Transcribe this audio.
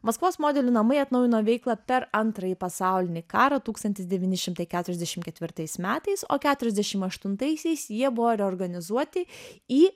maskvos modelių namai atnaujino veiklą per antrąjį pasaulinį karą tūkstantis devyni šimtai keturiasdešimt ketvirtais metais o keturiasdešimt aštuntaisiais jie buvo reorganizuoti į